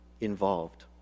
involved